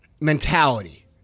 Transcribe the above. mentality